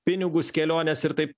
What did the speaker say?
pinigus keliones ir taip